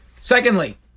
Secondly